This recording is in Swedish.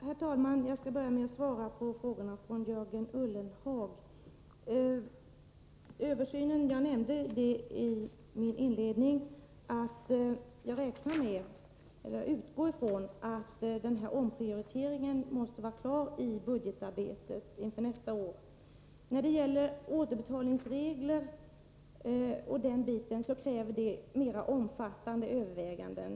Herr talman! Jag skall börja med att svara på Jörgen Ullenhags frågor. Beträffande översynen nämnde jag i min inledning att jag utgår från att omprioriteringen måste vara klar i budgetarbetet inför nästa år. När det gäller återbetalningssystemet krävs mer omfattande överväganden.